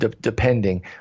depending